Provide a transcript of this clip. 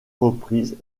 reprises